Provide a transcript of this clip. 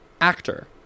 actor